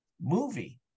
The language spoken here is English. movie